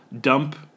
dump